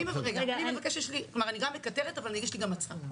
אני גם מקטרת אבל יש לי גם הצעה.